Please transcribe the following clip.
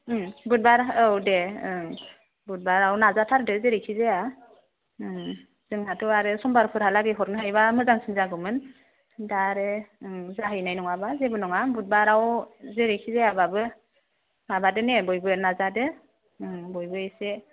बुधबार औ दे ओं बुधबाराव नाजाथारदो जेरैखिजाया जोंहाथ' आरो समबारफोरहालागै हरनो हायोब्ला मोजांसिन जागौमोन दा आरो ओं जाहैनाय नङाब्ला जेबो नङा बुधबाराव जेरैखिजायाब्लाबो माबादो ने बयबो नाजादो ओं बयबो एसे